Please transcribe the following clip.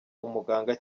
umuganga